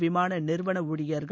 விமான நிறுவன ஊழியர்கள்